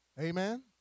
Amen